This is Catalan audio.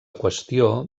qüestió